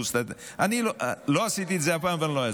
לא עשיתי את זה אף פעם ולא אעשה.